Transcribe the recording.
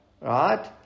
right